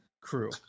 crew